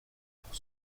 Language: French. pour